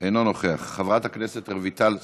אינו נוכח, חברת הכנסת רויטל סויד,